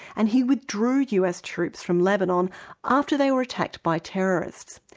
and he withdrew us troops from lebanon after they were attacked by terrorists.